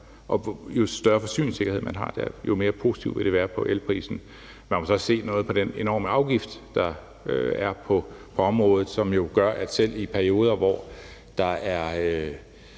jo større forsyningssikkerhed man har der, jo mere positivt vil det være for elprisen. Man må så også se på den enorme afgift, der er på området, og som jo gør, at selv i perioder, hvor der er